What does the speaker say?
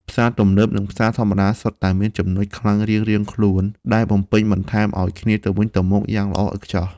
ផ្សារទំនើបនិងផ្សារធម្មតាសុទ្ធតែមានចំណុចខ្លាំងរៀងៗខ្លួនដែលបំពេញបន្ថែមឱ្យគ្នាទៅវិញទៅមកយ៉ាងល្អឥតខ្ចោះ។